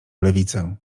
lewicę